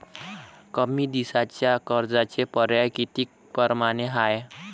कमी दिसाच्या कर्जाचे पर्याय किती परमाने हाय?